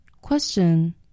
Question